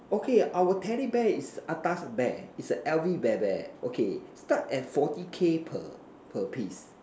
okay our teddy bear is atas bear is a L_V bear bear okay start at forty K per per piece